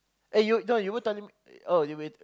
eh no you won't tell him oh you went into the